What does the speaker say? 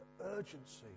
urgency